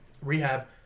rehab